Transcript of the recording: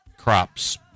crops